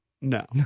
No